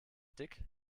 taktik